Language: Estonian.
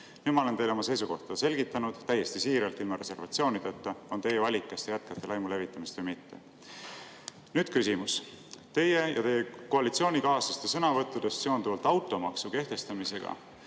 Nüüd ma olen teile oma seisukohta selgitanud, täiesti siiralt, ilma reservatsioonideta. On teie valik, kas te jätkate laimu levitamist või mitte. Nüüd küsimus. Teie ja teie koalitsioonikaaslaste sõnavõttudest automaksu kehtestamise